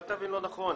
אל תבין לא נכון.